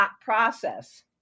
process